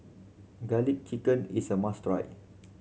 Garlic Chicken is a must try